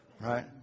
Right